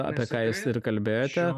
apie ką jūs ir kalbėjote